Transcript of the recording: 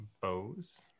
bows